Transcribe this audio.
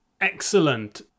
excellent